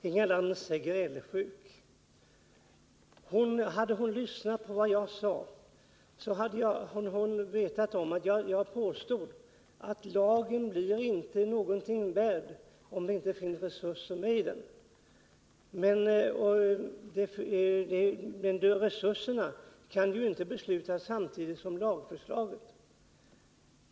Herr talman! Inga Lantz är grälsjuk. Om hon hade lyssnat på vad jag sade, hade hon hört att jag framhöll att lagen inte blir någonting värd, om inte resurser ställs till förfogande. Men beslutet om resurserna kan inte fattas samtidigt som beslutet om lagförslaget.